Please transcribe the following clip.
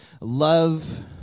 love